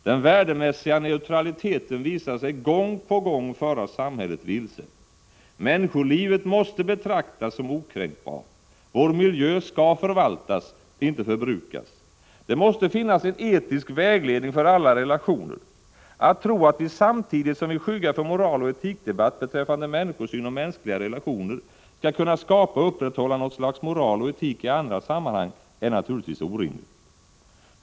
Den värdemässiga neutraliteten visar sig gång på gång föra samhället vilse. Människolivet måste betraktas som okränkbart. Vår miljö skall förvaltas, inte förbrukas. Det måste finnas en etisk vägledning för alla relationer. Att tro att vi, samtidigt som vi skyggar för moraloch etikdebatt beträffande människosyn och mänskliga relationer, skall kunna skapa och upprätthålla något slags moral och etik i andra sammanhang är naturligtvis orimligt.